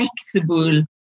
flexible